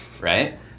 Right